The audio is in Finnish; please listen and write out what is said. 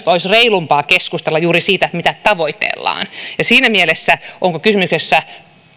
olisi reilumpaa keskustella juuri siitä mitä tavoitellaan siinä mielessä se onko kysymyksessä